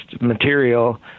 material